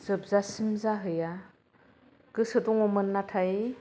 जोबजासिम जाहैया गोसोदङमोन नाथाय